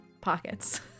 pockets